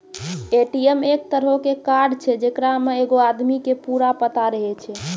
ATM एक तरहो के कार्ड छै जेकरा मे एगो आदमी के पूरा पता रहै छै